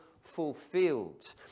fulfilled